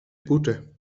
boete